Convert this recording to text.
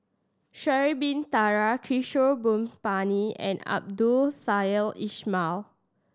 Sha'ari Bin Tadin Kishore Mahbubani and Abdul Samad Ismail